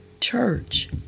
church